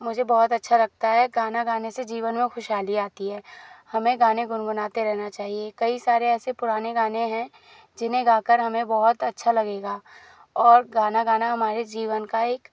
मुझे बहुत अच्छा लगता है गाना गाने से जीवन में खुशहाली आती है हमें गाने गुनगुनाते रहना चाहिए कई सारे ऐसे पुराने गाने है जिन्हें गाकर हमें बहुत अच्छा लगेगा और गाना गाना हमारे जीवन का एक